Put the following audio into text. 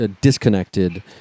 disconnected